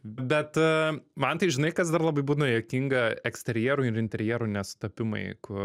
bet man tai žinai kas dar labai būna juokinga eksterjerų ir interjerų nesutapimai ku